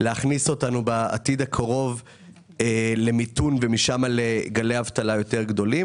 להכניס אותנו בעתיד הקרוב למיתון ומשם לגלי אבטלה יותר גדולים.